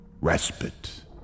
Respite